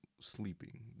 sleeping